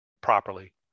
properly